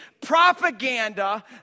propaganda